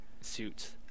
suits